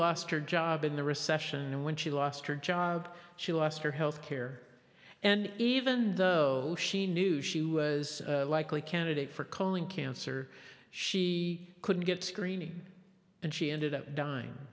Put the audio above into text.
lost her job in the recession and when she lost her job she lost her health care and even though she knew she was likely candidate for colon cancer she couldn't get screening and she ended up dying